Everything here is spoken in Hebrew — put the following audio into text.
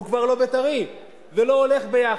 הוא כבר לא בית"רי, זה לא הולך ביחד.